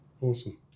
Awesome